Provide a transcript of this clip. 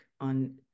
on